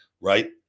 right